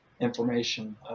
information